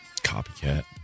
Copycat